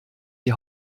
die